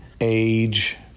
age